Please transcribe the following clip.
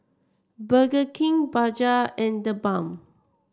Burger King Bajaj and TheBalm